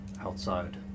outside